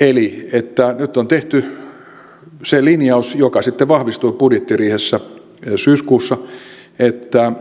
eli nyt on tehty se linjaus joka sitten vahvistui budjettiriihessä syyskuussa että